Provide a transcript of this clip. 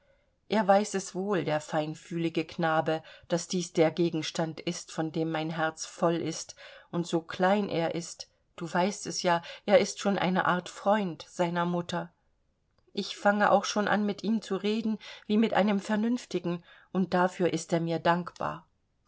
er weiß es wohl der feinfühlige knabe daß dies der gegenstand ist von dem mein herz voll ist und so klein er ist du weißt es ja ist er schon eine art freund seiner mutter ich fange auch schon an mit ihm zu reden wie mit einem vernünftigen und dafür ist er mir dankbar